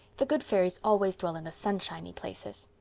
the good fairies always dwell in the sunshiny places.